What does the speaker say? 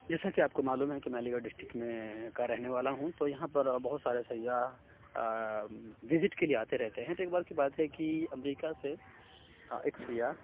جیسا کہ آپ کو معلوم ہے کہ میں علی گڑھ ڈسٹک میں کا رہنے والا ہوں تو یہاں پر بہت سارے سیّاح وزٹ کے لیے آتے رہتے ہیں تو ایک بار کی بات ہے کہ امریکہ سے ایک سیّاح